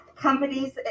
companies